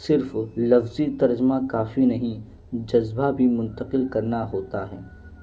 صرف لفظی طرزمہ کافی نہیں جذبہ بھی منتقل کرنا ہوتا ہے